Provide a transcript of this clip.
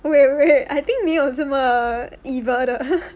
wait wait wait I think 没有这么 evil 的